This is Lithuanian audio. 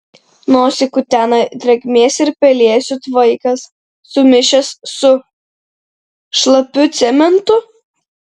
nosį kutena drėgmės ir pelėsių tvaikas sumišęs su šlapiu cementu